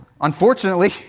unfortunately